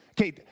Okay